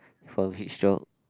from heat stroke